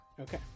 Okay